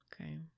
Okay